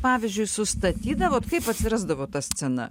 pavyzdžiui sustatydavot kaip atsirasdavo ta scena